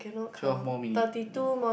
twelve more minute